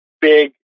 big